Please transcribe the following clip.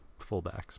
fullbacks